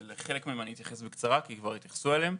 לחלק מהם אני אתייחס בקצרה כי כבר התייחסו אליהם.